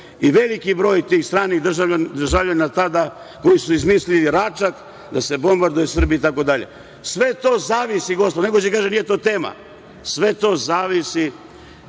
i veliki broj tih stranih državljana tada koji su izmislili Račak, da se bombarduje Srbija itd. Sve to zavisi, gospodo. Neko će da kaže – nije to tema. Sve to zavisi